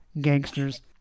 gangsters